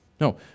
No